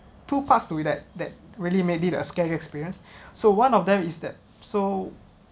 two passed do we that that really made it a scary experience so one of them is that so